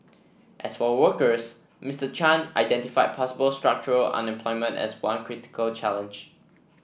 as for workers Mister Chan identified possible structural unemployment as one critical challenge